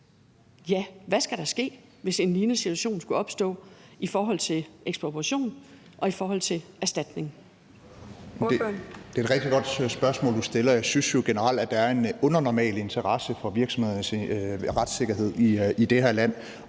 om, hvad der skal ske, hvis en lignende situation skulle opstå, i forhold til ekspropriation og i forhold til erstatning.